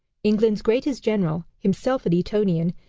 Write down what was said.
england's greatest general, himself an etonian,